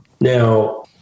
Now